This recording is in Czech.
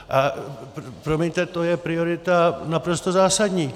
A promiňte, to je priorita naprosto zásadní.